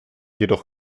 jedoch